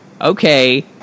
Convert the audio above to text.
Okay